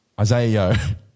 Isaiah